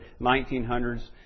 1900s